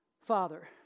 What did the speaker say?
Father